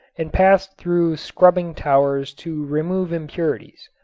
and passed through scrubbing towers to remove impurities.